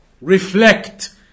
reflect